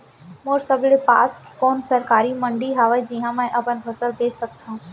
मोर सबले पास के कोन सरकारी मंडी हावे जिहां मैं अपन फसल बेच सकथव?